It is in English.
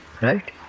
right